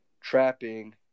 trapping